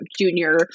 junior